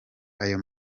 ayo